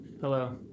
Hello